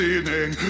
Evening